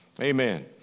amen